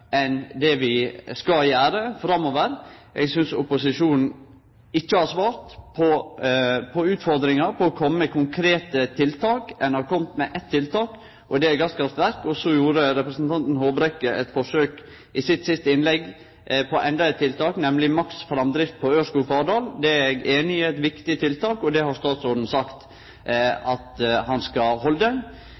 enn det vi skal gjere framover. Eg synest opposisjonen ikkje har svart på utfordringane om å kome med konkrete tiltak. Ein har kome med eit tiltak, og det er gasskraftverk. Så gjorde representanten Håbrekke eit forsøk i sitt siste innlegg med enda eit tiltak, nemleg maks framdrift på Ørskog–Fardal-linja. Det er eg einig i er eit viktig tiltak, og det har statsråden sagt han skal halde.